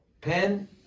Pen